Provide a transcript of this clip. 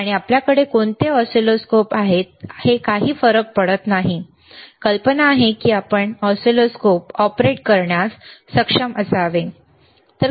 आणि आपल्याकडे कोणती ऑसिलोस्कोप आहेत हे काही फरक पडत नाही कल्पना आहे की आपण ऑसिलोस्कोप ऑपरेट करण्यास सक्षम असावे ठीक आहे